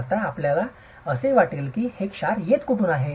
आता आपल्याला असे वाटते की हे क्षार कुठून येत आहेत